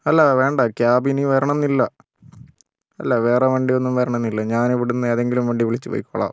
അല്ല വേണ്ട ക്യാബ് ഇനി വരണമെന്നില്ല അല്ല വേറെ വണ്ടിയൊന്നും വരണമെന്നില്ല ഞാനിവിടുന്ന് ഏതെങ്കിലും വണ്ടി വിളിച്ചു പൊയ്ക്കോളാം